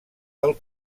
del